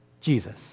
Jesus